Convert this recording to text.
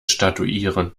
statuieren